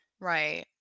right